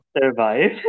survive